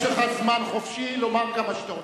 יש לך זמן חופשי לומר גם מה שאתה רוצה.